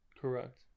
correct